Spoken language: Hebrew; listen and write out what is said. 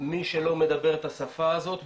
מי שלא מדבר את השפה הזאת,